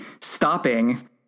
stopping